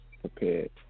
Prepared